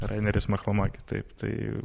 raineris machlama kitaip tai